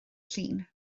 llun